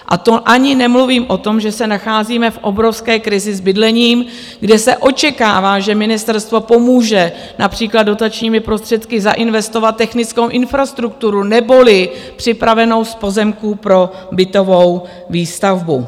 A to ani nemluvím o tom, že se nacházíme v obrovské krizi s bydlením, kde se očekává, že ministerstvo pomůže například dotačními prostředky zainvestovat technickou infrastrukturu neboli připravenost pozemků pro bytovou výstavbu.